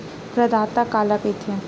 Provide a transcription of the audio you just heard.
प्रदाता काला कइथे?